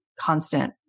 constant